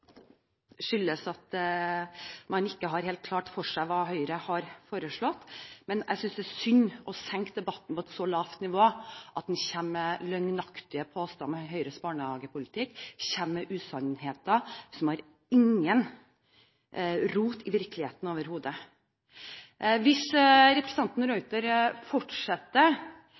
skyldes, at man ikke har helt klart for seg hva Høyre har foreslått. Men jeg synes det er synd å senke debatten til et så lavt nivå at man kommer med løgnaktige påstander om Høyres barnehagepolitikk og usannheter som ikke har rot i virkeligheten overhodet. Hvis representanten de Ruiter fortsetter